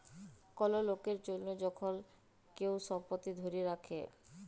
call লকের জনহ যখল কেহু সম্পত্তি ধ্যরে রাখে